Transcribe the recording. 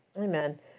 Amen